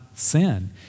sin